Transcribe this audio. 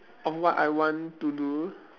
of what I want to do